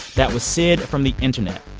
that was syd from the internet.